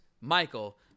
Michael